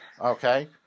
Okay